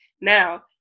Now